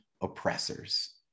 oppressors